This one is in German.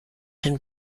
den